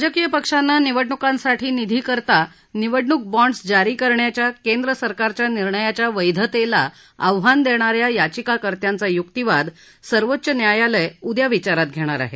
राजकीय पक्षांना निवडणुकांसाठी निधीकरिता निवडणूक बॉण्डस जारी करण्याच्या केंद्र सरकारच्या निर्णयाच्या वैधतेला आव्हान देणा या याचिकाकर्त्यांचा युक्तीवाद सर्वोच्च न्यायालय उद्या विचारात घेईल